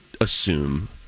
assume